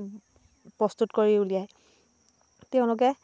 প্ৰস্তুত কৰি উলিয়াই তেওঁলোকে